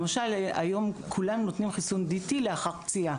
היום כולם נותנים חיסון נגד טאטנוס לאחר פציעה,